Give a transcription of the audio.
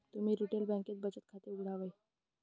तुम्ही रिटेल बँकेत बचत खाते उघडावे